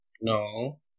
No